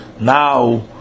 now